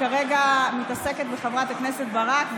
שכרגע מתעסקת בחברת הכנסת ברק,